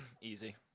Easy